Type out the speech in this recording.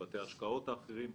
אם בבתי ההשקעות האחרים,